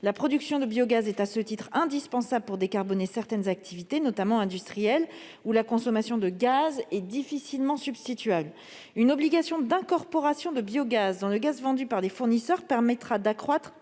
La production de biogaz est, à ce titre, indispensable pour décarboner certaines activités, notamment industrielles, pour lesquelles la consommation de gaz est difficilement substituable. Une obligation d'incorporation de biogaz dans le gaz vendu par des fournisseurs permettra d'accroître